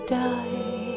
die